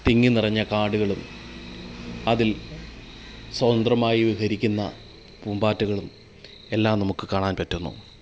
തിങ്ങി നിറഞ്ഞ കാടുകളും അതിൽ സ്വതന്ത്രമായി വിവരിക്കുന്ന പൂമ്പാറ്റകളും എല്ലാം നമുക്ക് കാണാൻ പറ്റുന്നു